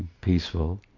peaceful